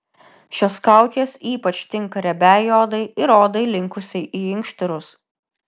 šios kaukės ypač tinka riebiai odai ir odai linkusiai į inkštirus